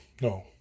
No